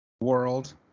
world